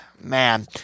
man